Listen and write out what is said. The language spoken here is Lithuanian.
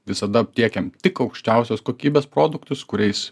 visada tiekėm tik aukščiausios kokybės produktus kuriais